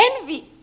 envy